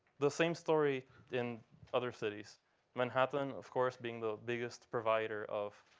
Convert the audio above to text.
the same story in other cities manhattan, of course, being the biggest provider of